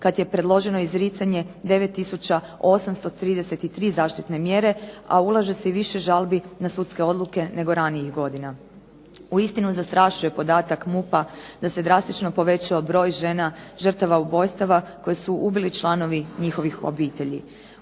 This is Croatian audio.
kad je predloženo izricanje 9833 zaštitne mjere, a ulaže se i više žalbi na sudske odluke nego ranijih godina. Uistinu zastrašuje podatak MUP-a da se drastično povećao broj žena žrtava ubojstava koje su ubili članovi njihovih obitelji.